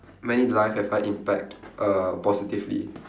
many lives have I impact err positively